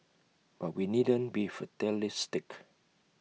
but we needn't be fatalistic